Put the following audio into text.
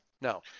No